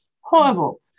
horrible